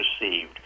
received